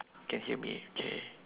can hear me okay